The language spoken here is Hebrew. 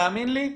תאמין לי,